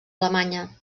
alemanya